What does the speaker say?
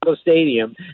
Stadium